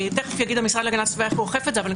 תכף המשרד להגנת הסביבה יגיד איך הוא אוכף את זה אבל אני